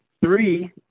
three